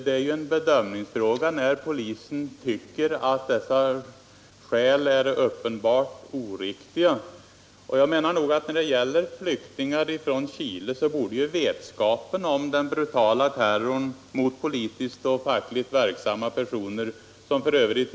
Det är en bedömningsfråga om polisen tycker att skälen är uppenbart oriktiga. Jag menar att när det gäller flyktingar från Chile borde vetskapen om den brutala terrorn mot politiskt och fackligt verksamma personer - som f.ö.